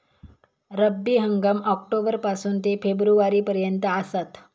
रब्बी हंगाम ऑक्टोबर पासून ते फेब्रुवारी पर्यंत आसात